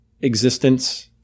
existence